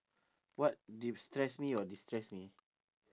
what d~ stress me or destress me